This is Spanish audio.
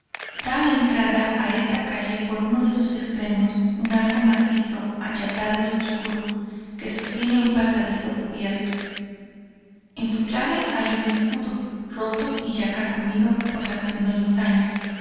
da entrada a esta calle por uno de sus extremos un arco macizo achatado y oscuro que sostiene un pasadizo cubierto en su clave hay un escudo roto ya y carcomido por la acción de los años